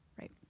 right